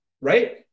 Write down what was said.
right